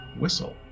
whistle